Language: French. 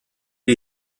les